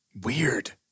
Weird